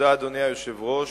אדוני היושב-ראש,